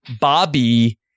bobby